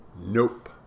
Nope